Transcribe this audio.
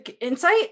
insight